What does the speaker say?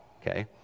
Okay